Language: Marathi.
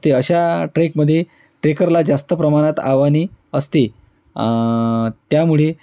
असते अशा ट्रेकमध्ये ट्रेकरला जास्त प्रमाणात आव्हाने असते त्यामुळे